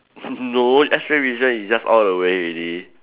no X-ray vision is just all the way already